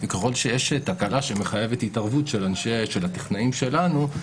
ככל שיש תקלה שמחייבת התערבות של הטכנאים שלנו,